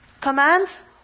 Commands